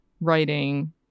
writing